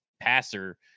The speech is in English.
passer